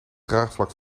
draagvlak